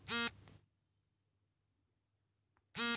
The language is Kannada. ಖಾರಿಫ್ ಬೆಳೆ ಬೆಳೆಯಲು ಸೂಕ್ತವಾದ ಹವಾಮಾನ ಯಾವುದು?